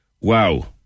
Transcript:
Wow